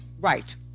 Right